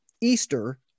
Easter